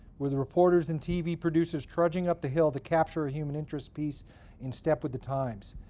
with reporters and tv producers trudging up the hill to capture a human interest piece in step with the times.